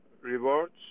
rewards